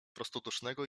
prostodusznego